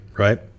Right